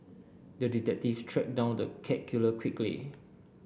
the detective tracked down the cat killer quickly